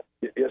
yes